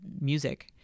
music